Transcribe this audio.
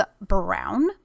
brown